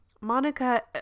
Monica